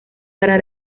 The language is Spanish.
para